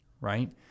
Right